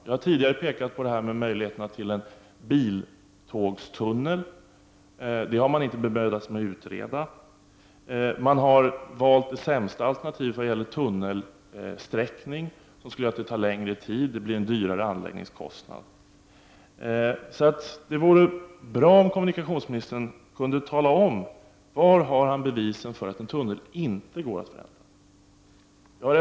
Jag har tidigare pekat på möjligheterna med en bil-tåg-tunnel. Det har man inte bemödat sig med att utreda. Man har valt det sämsta alternativet vad gäller tunnelsträckning, som gör att det tar längre tid att bygga och det blir en dyrare anläggningskostnad. Det vore bra om kommunikationsministern kunde tala om var han har bevisen för att en tunnel inte går att förränta.